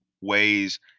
ways